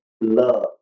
love